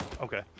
Okay